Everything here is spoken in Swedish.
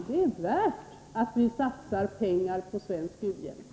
Det är värt att ni satsar pengar på svensk u-hjälp.